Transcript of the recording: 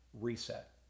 Reset